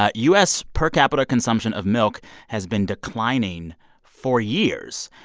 ah u s. per-capita consumption of milk has been declining for years.